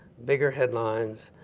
bigger headlines,